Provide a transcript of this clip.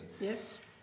Yes